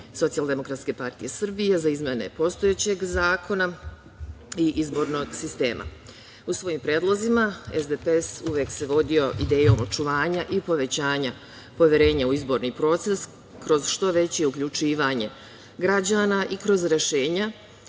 Socijaldemokratske partije Srbije za izmene postojećeg zakona i izbornog sistema. U svojim predlozima SDPS uvek se vodio idejom očuvanja i povećanja poverenja u izborni proces, kroz što veće uključivanje građana i kroz rešenja